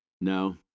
No